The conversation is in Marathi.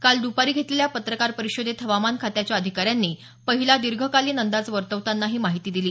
काल दुपारी घेतलेल्या पत्रकार परिषदेत हवामान खात्याच्या अधिकाऱ्यांनी पहिला दीर्घकालीन अंदाज वर्तवताना ही माहिती दिली